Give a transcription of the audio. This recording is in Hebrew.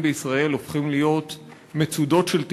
בישראל הופכים להיות מצודות של תקווה,